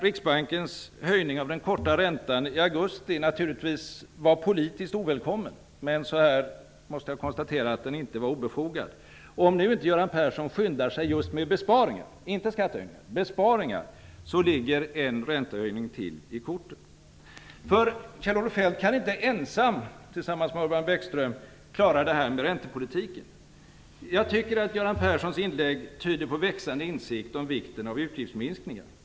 Riksbankens höjning av den korta räntan i augusti var givetvis politiskt ovälkommen. Men jag måste konstatera att den inte var obefogad. Om nu inte Göran Persson skyndar sig med besparingar, inte skattehöjningar, ligger en räntehöjning till i korten. Kjell-Olof Feldt kan inte ensam tillsammans med Urban Bäckström klara detta med räntepolitiken. Jag tycker att Göran Perssons inlägg tyder på växande insikt om vikten av utgiftsminskningar.